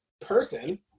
person